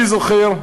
אני זוכר,